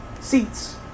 seats